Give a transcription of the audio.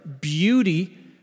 beauty